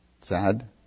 sad